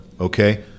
Okay